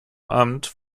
amt